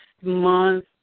month